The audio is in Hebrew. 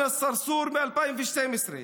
אנאס סרסור, ב-2012,